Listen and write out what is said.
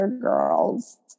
girls